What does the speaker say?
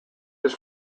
his